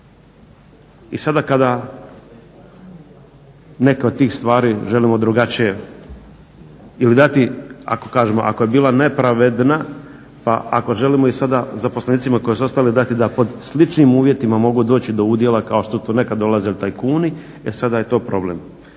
I sada kada neke od tih stvari želimo drugačije ili dati, ako kažemo ako je bila nepravedna pa ako želimo i sada zaposlenicima koji su ostali dati da pod sličnim uvjetima mogu doći do udjela kao što su nekad dolazili tajkuni jer sada je to problem.